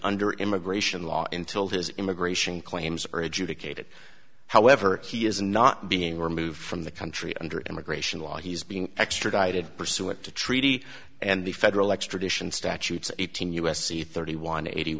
under immigration law intil his immigration claims are adjudicated however he is not being removed from the country under immigration law he's being extradited pursuant to treaty and the federal extradition statutes eighteen u s c thirty one eighty